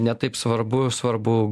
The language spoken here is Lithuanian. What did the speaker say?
ne taip svarbu svarbu